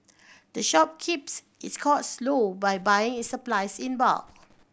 the shop keeps its cost low by buying its supplies in bulk